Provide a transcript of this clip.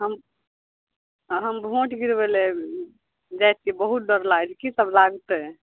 हम हम भोट गिरबै लए जाइ छियै बहुत डर लागै छै कि सब लागतै